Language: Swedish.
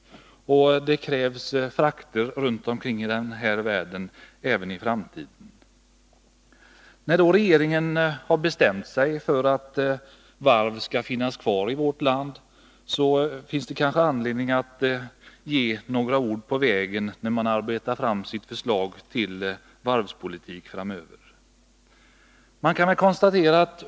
Det krävs frakter runt om i världen även i framtiden. När regeringen då har bestämt sig för att varv skall finnas kvar i vårt land, finns det kanske anledning att ge regeringen några ord på vägen när den skall arbeta fram sitt förslag till varvspolitik framöver.